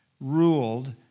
ruled